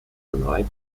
polite